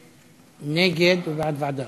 מי שנגד הוא בעד ועדה.